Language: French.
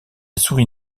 souris